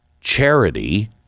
Charity